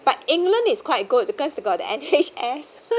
but england is quite good because they got the N_H_S !huh!